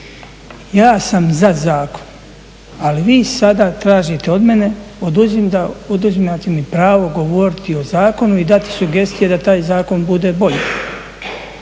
Ja sam za zakon, ali vi sada tražite od mene, oduzimate mi pravo govoriti o zakonu i dati sugestije da taj zakon bude bolji.